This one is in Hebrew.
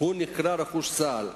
נקראים "רכוש צה"ל".